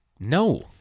No